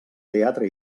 teatre